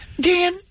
Dan